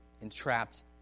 entrapped